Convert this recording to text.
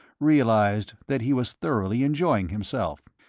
realized that he was thoroughly enjoying himself.